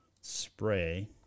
spray